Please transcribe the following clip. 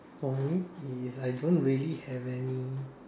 for me is I don't really have any